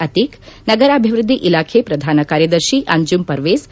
ಅತೀಕ್ ನಗರಾಭಿವೃದ್ದಿ ಇಲಾಖೆ ಪ್ರಧಾನ ಕಾರ್ಯದರ್ತಿ ಅಂಜುಮ್ ಪರ್ವೇಜ್